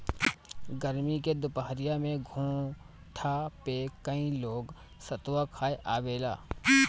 गरमी के दुपहरिया में घोठा पे कई लोग सतुआ खाए आवेला